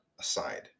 aside